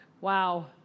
Wow